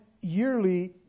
yearly